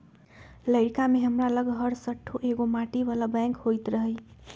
लइरका में हमरा लग हरशठ्ठो एगो माटी बला बैंक होइत रहइ